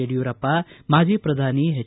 ಯಡಿಯೂರಪ್ಪ ಮಾಜಿ ಪ್ರಧಾನಿ ಹೆಚ್